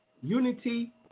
Unity